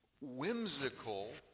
whimsical